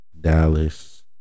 Dallas